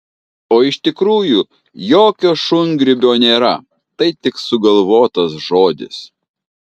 o iš tikrųjų jokio šungrybio nėra tai tik sugalvotas žodis